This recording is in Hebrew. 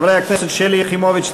חברי הכנסת שלי יחימוביץ,